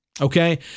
Okay